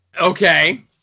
Okay